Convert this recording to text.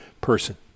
person